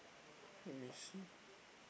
let me see